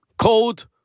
cold